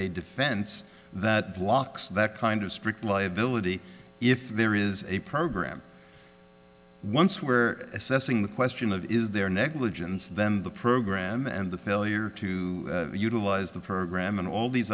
a defense that blocks that kind of strict liability if there is a program once we're assessing the question of is there negligence then the program and the failure to utilize the program and all these